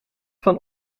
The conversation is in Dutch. van